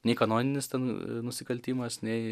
nei kanoninis ten nusikaltimas nei